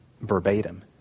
verbatim